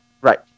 Right